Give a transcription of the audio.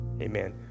Amen